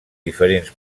diferents